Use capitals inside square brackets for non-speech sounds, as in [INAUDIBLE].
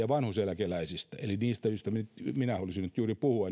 [UNINTELLIGIBLE] vanhuuseläkeläisistä eli niistä joista minä halusin juuri nyt puhua [UNINTELLIGIBLE]